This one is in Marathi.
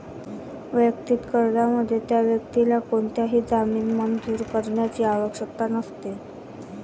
वैयक्तिक कर्जामध्ये, त्या व्यक्तीला कोणताही जामीन मंजूर करण्याची आवश्यकता नसते